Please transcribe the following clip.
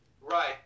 Right